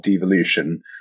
devolution